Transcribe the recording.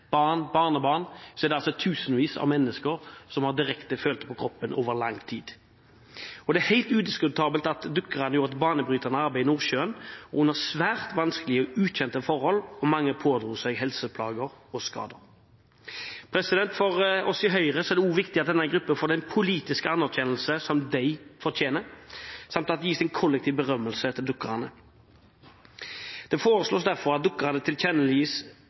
barn og barnebarn for, er det tusenvis av mennesker som direkte har følt det på kroppen over lang tid. Det er helt udiskutabelt at dykkerne gjorde et banebrytende arbeid i Nordsjøen, under svært vanskelige og ukjente forhold, og mange pådro seg helseplager og skader. For oss i Høyre er det også viktig at denne gruppen får den politiske anerkjennelsen de fortjener samt at det gis en kollektiv berømmelse til dykkerne. Det foreslås derfor at